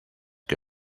que